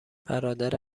برادر